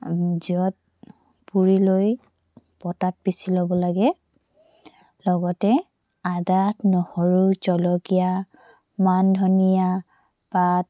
জুইত পুৰি লৈ পতাত পিচি ল'ব লাগে লগতে আদা নহৰু জলকীয়া মান ধনিয়া পাত